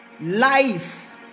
life